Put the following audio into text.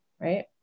right